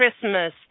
Christmas